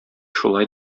шулай